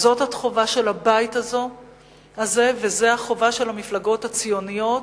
זו החובה של הבית הזה וזו החובה של המפלגות הציוניות,